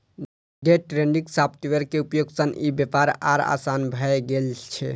day trading software के उपयोग सं ई व्यापार आर आसान भए गेल छै